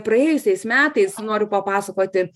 praėjusiais metais noriu papasakoti